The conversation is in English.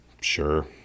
Sure